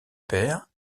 père